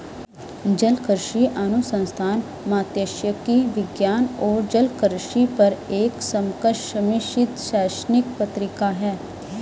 जलकृषि अनुसंधान मात्स्यिकी विज्ञान और जलकृषि पर एक समकक्ष समीक्षित शैक्षणिक पत्रिका है